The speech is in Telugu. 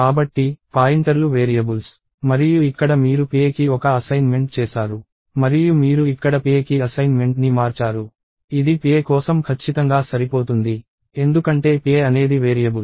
కాబట్టి పాయింటర్లు వేరియబుల్స్ మరియు ఇక్కడ మీరు pa కి ఒక అసైన్మెంట్ చేసారు మరియు మీరు ఇక్కడ pa కి అసైన్మెంట్ని మార్చారు ఇది pa కోసం ఖచ్చితంగా సరిపోతుంది ఎందుకంటే pa అనేది వేరియబుల్